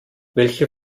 welche